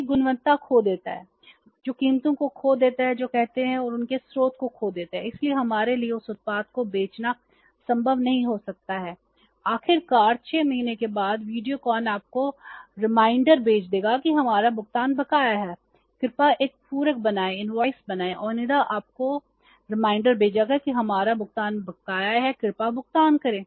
यह गुणवत्ता खो देता है जो कीमतों को खो देता है जो कहते हैं और उनके स्रोत को खो देता है इसलिए हमारे लिए उस उत्पाद को बेचना संभव नहीं हो सकता है आखिरकार 6 महीने के बाद वीडियोकॉन भेजेगा कि हमारा भुगतान बकाया है कृपया भुगतान करें